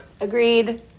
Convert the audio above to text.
agreed